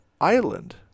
island